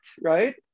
right